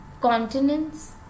Continents